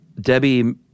Debbie